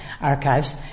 archives